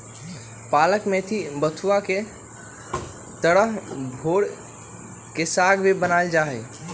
पालक मेथी बथुआ के तरह भोर के साग भी बनावल जाहई